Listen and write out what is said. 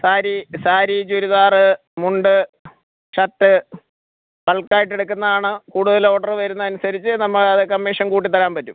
സാരി സാരി ചുരിദാർ മുണ്ട് ഷര്ട്ട് ബള്ക്കായിട്ടെടുക്കുന്നതാണ് കൂടുതലോഡർ വരുന്നതനുസരിച്ച് നമ്മളത് കമ്മീഷന് കൂട്ടിത്തരാന് പറ്റും